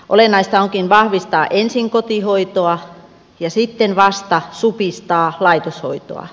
olennaista onkin vahvistaa ensin kotihoitoa ja sitten vasta supistaa laitoshoitoa